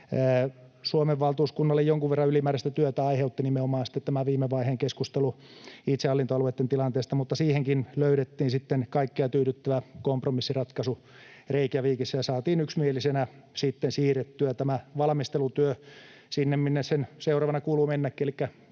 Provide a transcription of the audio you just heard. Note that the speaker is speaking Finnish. Suomen valtuuskunnalle jonkun verran ylimääräistä työtä aiheutti nimenomaan tämä viime vaiheen keskustelu itsehallintoalueitten tilanteesta, mutta siihenkin löydettiin sitten kaikkia tyydyttävä kompromissiratkaisu Reykjavíkissa ja saatiin yksimielisenä sitten siirrettyä tämä valmistelutyö sinne, minne sen seuraavana kuuluu mennäkin,